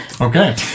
Okay